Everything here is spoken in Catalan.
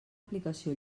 aplicació